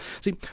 See